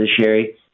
Sherry